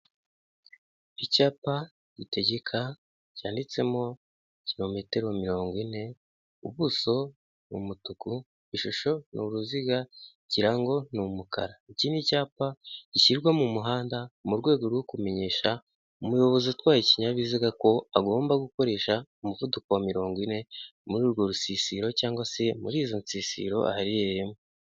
Icyapa gitegeka, cyanditsemo kilometero mirongo ine, ubuso ni umutuku, ishusho ni uruziga, ikirango ni umukara. Iki ni icyapa gishyirwa mu muhanda mu rwego rwo kumenyesha umuyobozi utwaye ikinyabiziga ko agomba gukoresha umuvuduko wa mirongo ine muri urwo rusisiro cyangwa se muri izo nsisiro aherereyemo.